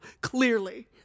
Clearly